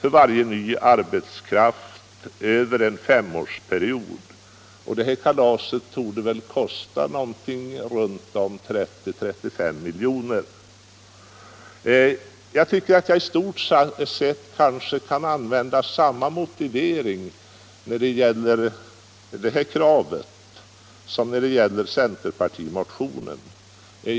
över en femårsperiod. Det kalaset torde kosta någonting runt 30 å 35 milj.kr. Jag tycker att jag i stort sett kan använda samma motivering när det gäller det här kravet som i fråga om centerpartimotionen.